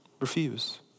refuse